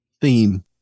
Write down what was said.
theme